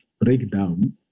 breakdown